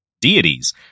deities